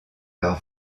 leur